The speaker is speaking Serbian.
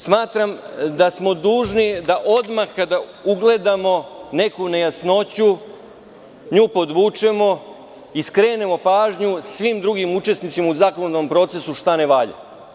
Smatram da smo dužni da odmah kada ugledamo neku nejasnoću, nju podvučemo i skrenemo pažnju svim drugim učesnicima u zakonodavnom procesu šta ne valja.